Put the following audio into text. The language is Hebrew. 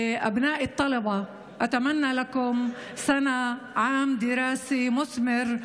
(אומרת בערבית: לבניי הסטודנטים,